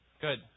good